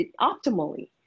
optimally